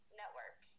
network